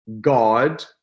God